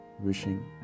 wishing